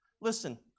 Listen